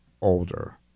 older